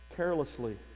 Carelessly